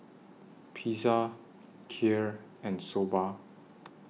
Pizza Kheer and Soba